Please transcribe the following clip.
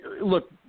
Look